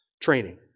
training